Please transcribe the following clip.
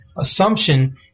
assumption